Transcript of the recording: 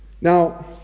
Now